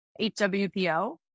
HWPO